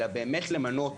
אלא באמת למנות